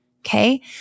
Okay